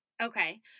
Okay